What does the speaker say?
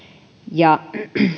ja